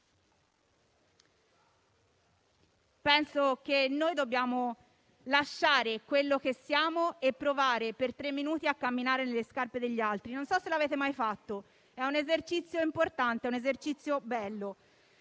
però che noi dobbiamo lasciare quello che siamo e provare per tre minuti a camminare nelle scarpe degli altri. Non so se l'avete mai fatto: è un esercizio importante, un esercizio bello.